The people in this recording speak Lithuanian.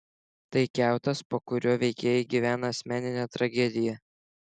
tai kiautas po kuriuo veikėjai gyvena asmeninę tragediją